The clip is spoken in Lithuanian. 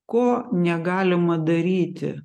ko negalima daryti